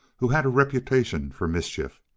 who had a reputation for mischief.